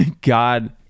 God